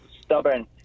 stubborn